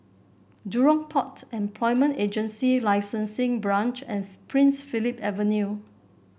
Jurong Port Employment Agency Licensing Branch and Prince Philip Avenue